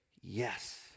yes